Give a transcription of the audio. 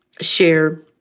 share